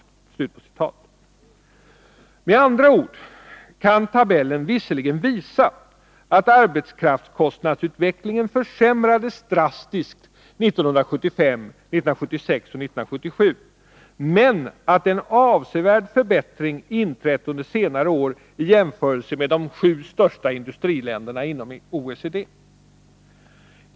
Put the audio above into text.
Med andra ord kan tabellen visserligen visa att arbetskraftskostnadsutvecklingen försämrades drastiskt 1975, 1976 och 1977 men att en avsevärd förbättring inträtt under senare år i jämförelse med de sju största industriländerna inom OECD.